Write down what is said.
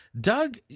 Doug